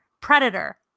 Predator